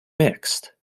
mixed